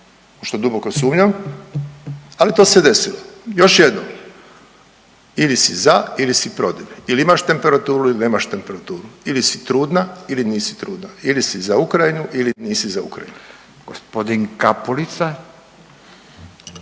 što duboko sumnjam. Ali to se desilo. Još jednom ili si za ili si protiv, ili imaš temperaturu ili nemaš temperaturu, ili si trudna ili nisi trudna, ili si za Ukrajinu ili nisi za Ukrajinu. **Radin, Furio